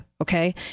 Okay